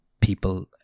people